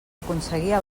aconseguia